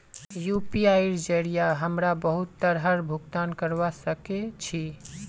यूपीआईर जरिये हमरा बहुत तरहर भुगतान करवा सके छी